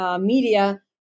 media